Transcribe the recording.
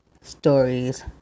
stories